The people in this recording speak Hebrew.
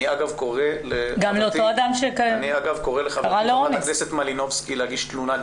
אני קורא לחברת הכנסת מלינובסקי להגיש תלונה.